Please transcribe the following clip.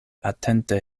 atente